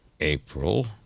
April